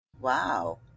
Wow